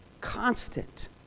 Constant